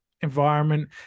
environment